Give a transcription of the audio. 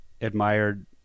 admired